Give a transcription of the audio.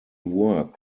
worked